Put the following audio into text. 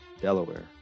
delaware